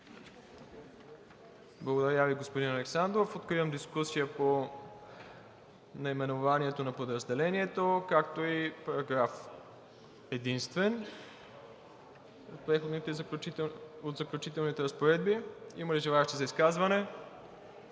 Благодаря Ви, господин Александров. Откривам дискусия по наименованието на подразделението, както и параграф единствен от заключителната разпоредба. Има ли желание за изказване?